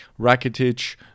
Rakitic